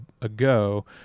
ago